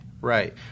right